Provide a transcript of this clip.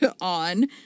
on